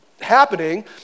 happening